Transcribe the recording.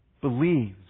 believes